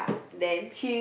then